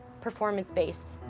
performance-based